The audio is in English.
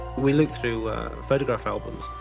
we looked through photograph albums.